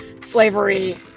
slavery